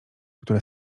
które